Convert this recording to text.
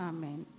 Amen